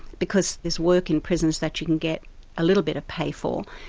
because there's work in prison that you can get a little bit of pay for.